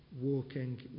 walking